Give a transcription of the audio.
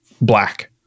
black